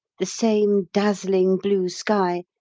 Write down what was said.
the same dazzling blue sky,